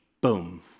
boom